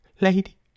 Lady